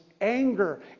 anger